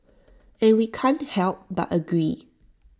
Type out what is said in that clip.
and we can't help but agree